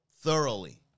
thoroughly